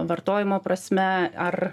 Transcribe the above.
vartojimo prasme ar